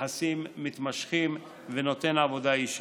יחסים מתמשכים ונותן עבודה אישית.